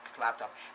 laptop